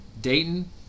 Dayton